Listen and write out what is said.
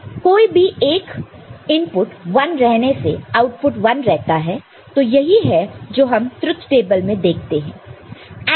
कोई भी एक इनपुट 1 रहने से आउटपुट 1 रहता तो यही है जो हम ट्रुथ टेबल में देखते हैं